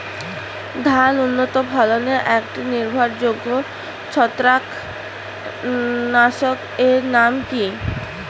ধান উন্নত ফলনে একটি নির্ভরযোগ্য ছত্রাকনাশক এর নাম কি?